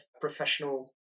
professional